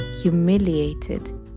humiliated